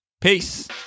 Peace